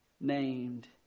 named